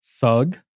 thug